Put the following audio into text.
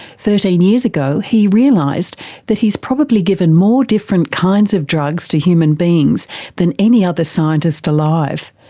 thirteen years ago he realised that he's probably given more different kinds of drugs to human beings than any other scientist alive,